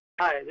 Hi